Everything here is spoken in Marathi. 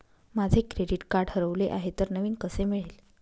माझे क्रेडिट कार्ड हरवले आहे तर नवीन कसे मिळेल?